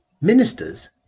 Ministers